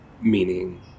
Meaning